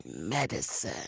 medicine